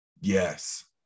Yes